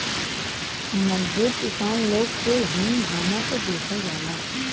मजदूर किसान लोग के हीन भावना से देखल जाला